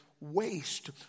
waste